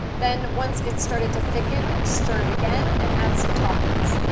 then, once it's started to thicken, stir it again and add some toppings.